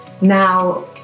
Now